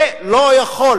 זה לא יכול,